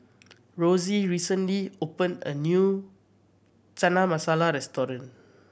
Rosie recently opened a new Chana Masala Restaurant